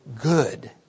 good